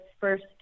first